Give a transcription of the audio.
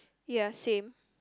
ya same